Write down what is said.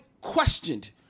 questioned